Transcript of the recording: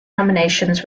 nominations